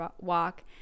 walk